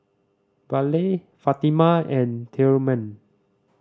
Vallie Fatima and Tilman